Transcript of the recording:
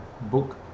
book